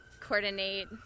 coordinate